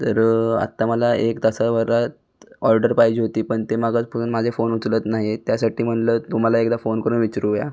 तर आत्ता मला एक तासाभरात ऑर्डर पाहिजे होती पण ते मगाचपासून माझे फोन उचलत नाही आहे त्यासाठी म्हटलं तुम्हाला एकदा फोन करून विचारू या